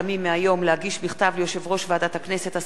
ליושב-ראש ועדת הכנסת השגות על התיקון המוצע,